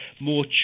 more